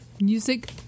Music